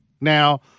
Now